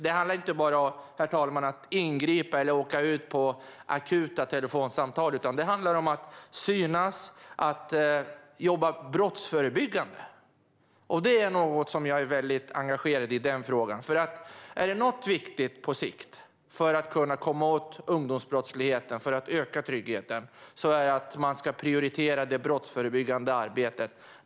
Det handlar inte bara om att ingripa eller om att åka ut på akuta telefonsamtal, utan det handlar också om att synas och om att jobba brottsförebyggande. Det är en fråga som jag är väldigt engagerad i. Är det något som är viktigt på sikt för att man ska kunna komma åt ungdomsbrottsligheten och öka tryggheten är det att man ska prioritera det brottsförebyggande arbetet.